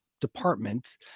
department